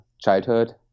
childhood